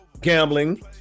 gambling